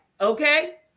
okay